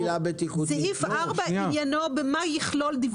סעיף 4, עניינו במה יכלול דיווח.